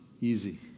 easy